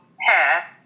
hair